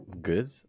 Good